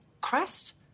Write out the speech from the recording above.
crest